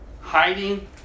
Hiding